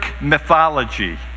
mythology